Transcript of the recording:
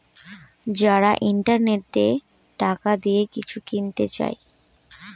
যারা ইন্টারনেটে টাকা দিয়ে কিছু কিনতে চায়